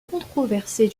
controversée